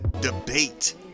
debate